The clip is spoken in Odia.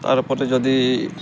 ତାର୍ପରେ ଯଦି